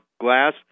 glass